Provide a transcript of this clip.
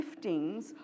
giftings